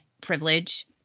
privilege